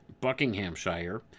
Buckinghamshire